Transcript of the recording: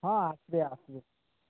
ହଁ ଆସିବେ ଆସିବେ